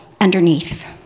underneath